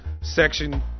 section